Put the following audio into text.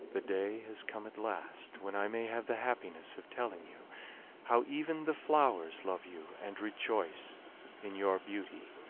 the day has come at last when i may have the happiness of telling you how even the flowers love you and rejoice in your beauty.